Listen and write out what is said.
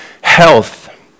Health